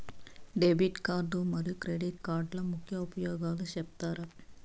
Debit card మరియు credit కార్డుల ముఖ్య ఉపయోగాలు సెప్తారా?